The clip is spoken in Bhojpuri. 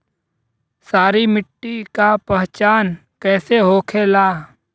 सारी मिट्टी का पहचान कैसे होखेला?